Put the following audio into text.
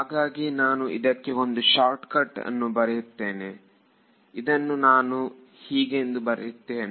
ಹಾಗಾಗಿ ನಾನು ಇದಕ್ಕೆ ಒಂದು ಶಾರ್ಟ್ಕಟ್ ಅನ್ನು ಬರೆಯುತ್ತೇನೆ ಇದನ್ನು ನಾನು ಹೀಗೆಂದು ಕರೆಯುತ್ತೇನೆ